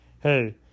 hey